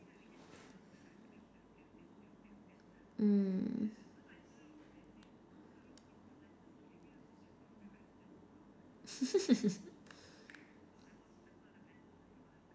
mm